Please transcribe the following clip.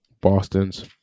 Boston's